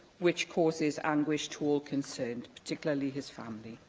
which causes anguish to all concerned, particularly his family.